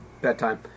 bedtime